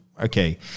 Okay